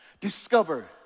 Discover